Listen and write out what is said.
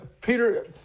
Peter